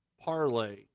parlay